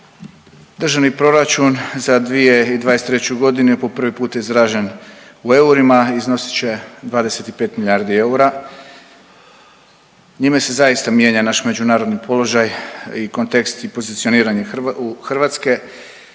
državni proračun za 2023.g. je po prvi put izražen u eurima i iznosit će 25 milijardi eura, njime se zaista mijenja naš međunarodni položaj i kontekst i pozicioniranje Hrvatske,